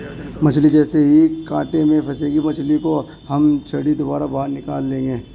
मछली जैसे ही कांटे में फंसेगी मछली को हम छड़ी द्वारा बाहर निकाल लेंगे